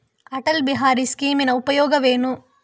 ಅಟಲ್ ಬಿಹಾರಿ ಸ್ಕೀಮಿನ ಉಪಯೋಗವೇನು?